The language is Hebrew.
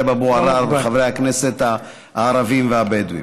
אבו עראר וחברי הכנסת הערבים והבדואים,